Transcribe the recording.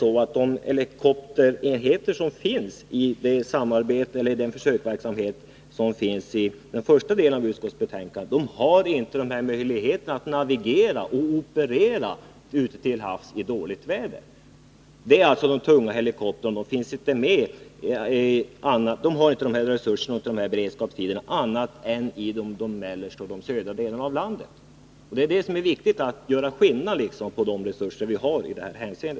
De helikopterenheter som står till förfogande i samband med den försöksverksamhet som omnämns i den första delen av utskottsbetänkandet har inte möjligheter att navigera och operera ute till havs i dåligt väder. Sådana resurser finns endast i dygnetrunt beredskap i de södra och mellersta delarna av landet. Det är viktigt att göra klart de skillnader i fråga om resurser som föreligger i detta hänseende.